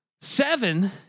Seven